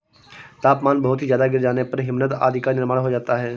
तापमान बहुत ही ज्यादा गिर जाने पर हिमनद आदि का निर्माण हो जाता है